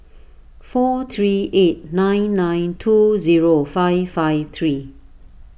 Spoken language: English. four three eight nine nine two zero five five three